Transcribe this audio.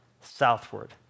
southward